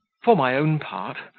for my own part,